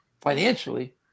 financially